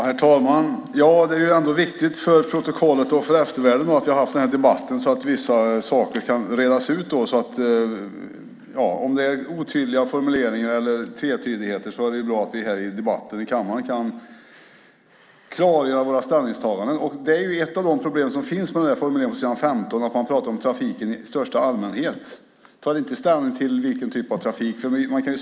Herr talman! Det är ändå viktigt för protokollet och för eftervärlden att vi har haft den här debatten så att vissa saker kan redas ut. Om det finns otydliga formuleringar eller tvetydigheter är det bra att vi i debatten i kammaren kan klargöra våra ställningstaganden. Ett av problemen med formuleringen på s. 15 är att man pratar om trafiken i största allmänhet. Man tar inte ställning till vilken typ av trafik det är fråga om.